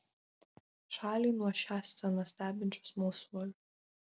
šalį nuo šią sceną stebinčių smalsuolių